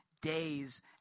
days